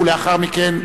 ולאחר מכן,